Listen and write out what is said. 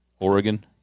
Oregon